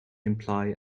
imply